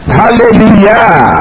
hallelujah